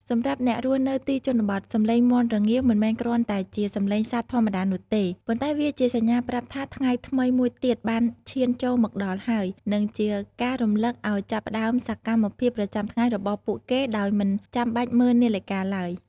សម្រាប់អ្នករស់នៅទីជនបទ សំឡេងមាន់រងាវមិនមែនគ្រាន់តែជាសំឡេងសត្វធម្មតានោះទេ ប៉ុន្តែវាជាសញ្ញាប្រាប់ថាថ្ងៃថ្មីមួយទៀតបានឈានចូលមកដល់ហើយ និងជាការរំលឹកឱ្យចាប់ផ្តើមសកម្មភាពប្រចាំថ្ងៃរបស់ពួកគេដោយមិនចាំបាច់មើលនាឡិកាឡើយ។